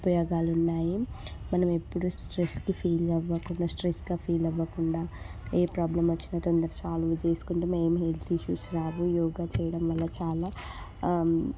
ఉపయోగాలు ఉన్నాయి మనమెప్పుడూ స్ట్రెస్కి ఫీల్ అవ్వకుండా స్ట్రెస్గా ఫీల్ అవ్వకుండా ఏ ప్రాబ్లమ్ వచ్చినా తొందరగా సాల్వ్ చేసుకుంటూ ఏమి హెల్త్ ఇష్యూస్ రాకుండా యోగా చేయడం వల్ల చాలా